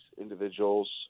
individuals